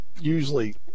usually